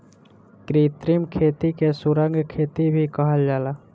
कृत्रिम खेती के सुरंग खेती भी कहल जाला